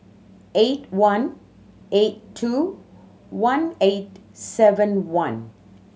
eight one eight two one eight seven one